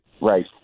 Right